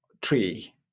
tree